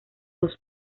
dos